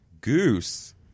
Goose